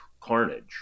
carnage